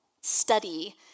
study